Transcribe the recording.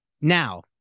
Now